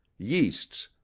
yeasts,